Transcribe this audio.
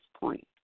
point